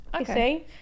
Okay